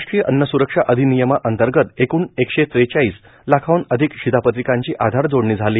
राष्ट्रीय अन्न स्रक्षा अधिनियमांतर्गंत एकूण एकशे ट्रेचाळीस लाखांहन अधिक शिधापत्रिकांची आधार जोडणी झाली